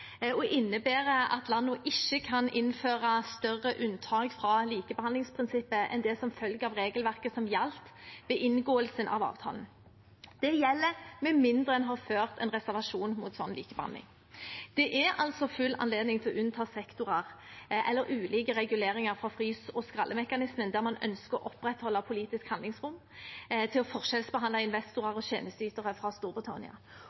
og innebærer at landene ikke kan innføre større unntak fra likebehandlingsprinsippet enn det som følger av regelverket som gjaldt ved inngåelsen av avtalen. Det gjelder med mindre man har innført en reservasjon mot slik likebehandling. Det er altså full anledning til å unnta sektorer eller ulike reguleringer fra frys- og skrallemekanismen, der man ønsker å opprettholde politisk handlingsrom til å forskjellsbehandle investorer og tjenesteytere fra Storbritannia.